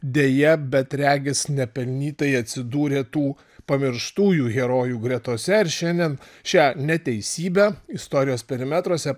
deja bet regis nepelnytai atsidūrė tų pamirštųjų herojų gretose ir šiandien šią neteisybę istorijos perimetruose